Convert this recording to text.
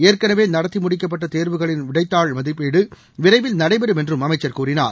ஏற்கனவே நடத்தி முடிக்கப்பட்ட தேர்வுகளின் விடைத்தாள் மதிப்பீடு விரைவில் நடைபெறும் என்றும் அமைச்சர் கூறினார்